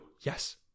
Yes